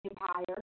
Empire